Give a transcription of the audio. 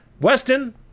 Weston